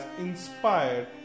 inspired